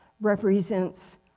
represents